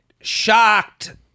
shocked